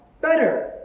better